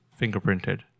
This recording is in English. fingerprinted